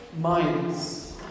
minds